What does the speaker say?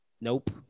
nope